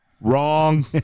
Wrong